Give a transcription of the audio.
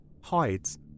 Hides